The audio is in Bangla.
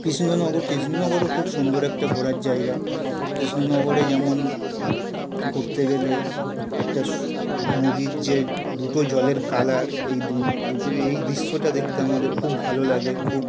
কৃষ্ণনগর কৃষ্ণনগরও খুব সুন্দর একটা ঘোরার জায়গা কৃষ্ণনগরে যেমন ঘুরতে গেলে একটা নদীর যে দুটো জলের কালার এই দুই দুটোই এই দৃশ্যটা দেখতে আমাদের খুব ভালো লাগে খুব